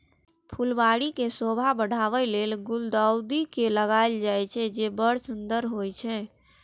फुलबाड़ी के शोभा बढ़ाबै लेल गुलदाउदी के लगायल जाइ छै, जे बड़ सुंदर होइ छै